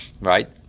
right